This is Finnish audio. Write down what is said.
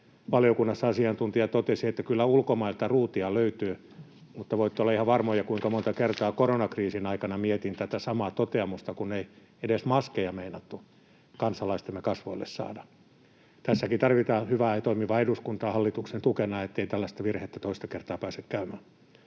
valiokunnassa asiantuntija totesi, että kyllä ulkomailta ruutia löytyy, mutta voitte olla ihan varmoja, kuinka monta kertaa koronakriisin aikana mietin tätä samaa toteamusta, kun ei edes maskeja meinattu kansalaistemme kasvoille saada. Tässäkin tarvitaan hyvää ja toimivaa eduskuntaa hallituksen tukena, ettei tällaista virhettä toista kertaa pääse käymään.